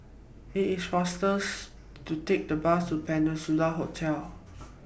IT IS faster to Take The Bus to Peninsula Hotel